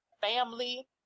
family